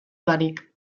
barik